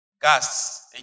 gas